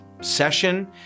session